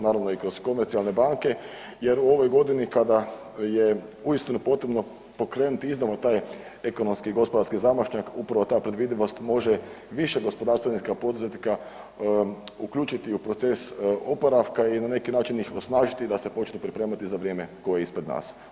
Naravno i kroz komercijalne banke, jer u ovoj godini kada je uistinu potrebno pokrenuti iznova taj ekonomski gospodarski zamašnjak, upravo ta predvidivost može više gospodarstvenika, poduzetnika uključiti u proces oporavka i na neki način ih osnažiti da se počnu pripremati za vrijeme koje je ispred nas.